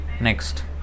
Next